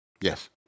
Yes